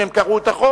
אם הם קראו את החוק,